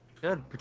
Good